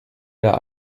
der